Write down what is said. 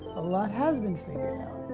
a lot has been figured